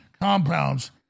compounds